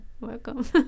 Welcome